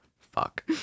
Fuck